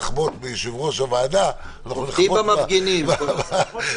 למה עד ה-14 באוקטובר?